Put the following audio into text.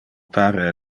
pare